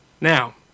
Now